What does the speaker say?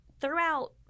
throughout